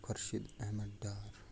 Khurshid Ahmad Dar